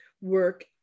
work